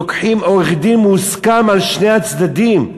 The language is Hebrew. שהם לוקחים עורך-דין מוסכם על שני הצדדים.